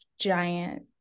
giant